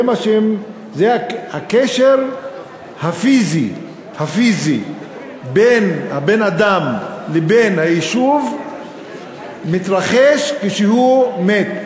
הקשר הפיזי בין הבן-אדם לבין היישוב מתרחש כשהוא מת.